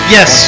Yes